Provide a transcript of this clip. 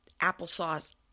applesauce